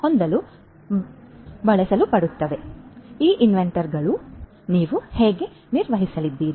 ಆದ್ದರಿಂದ ಈ ಇನ್ವೆಂಟರಿಗಳನ್ನು ನೀವು ಹೇಗೆ ನಿರ್ವಹಿಸಲಿದ್ದೀರಿ